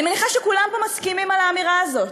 אני מניחה שכולם פה מסכימים על האמירה הזאת.